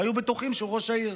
היו בטוחים שהוא ראש העיר.